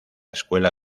escuela